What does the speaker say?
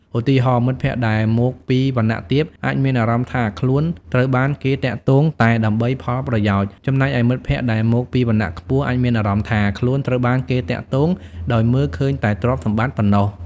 ឧទាហរណ៍ មិត្តភក្តិដែលមកពីវណ្ណៈទាបអាចមានអារម្មណ៍ថាខ្លួនត្រូវបានគេទាក់ទងតែដើម្បីផលប្រយោជន៍ ចំណែកឯមិត្តភក្តិដែលមកពីវណ្ណៈខ្ពស់អាចមានអារម្មណ៍ថាខ្លួនត្រូវបានគេទាក់ទងដោយមើលឃើញតែទ្រព្យសម្បត្តិប៉ុណ្ណោះ។